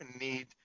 need